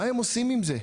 מה הם עושים עם זה,